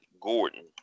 Gordon